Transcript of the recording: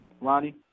Ronnie